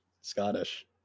Scottish